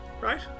right